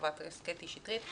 חברת הכנסת קטי שטרית ואני.